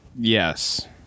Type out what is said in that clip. Yes